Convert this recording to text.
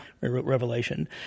Revelation